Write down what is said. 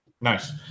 Nice